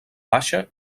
baixa